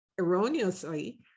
erroneously